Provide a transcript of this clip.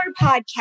podcast